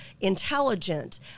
intelligent